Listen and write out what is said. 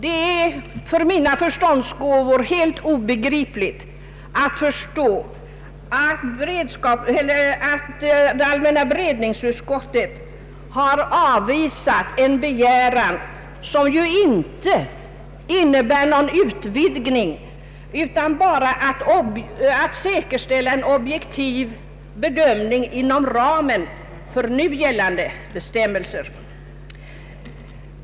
Det är för mina förståndsgåvor helt obegripligt att allmänna beredningsutskottet har avvisat en begäran som inte innebär någon utvidgning utan bara är avsedd att säkerställa en objektiv bedömning inom ramen för nu gällande bestämmelser.